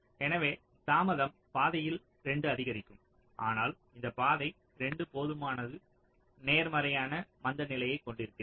எனவே தாமதம் பாதையில் 2 அதிகரிக்கும் ஆனால் இந்த பாதை 2 போதுமான நேர்மறையான மந்தநிலைகளைக் கொண்டிருந்தது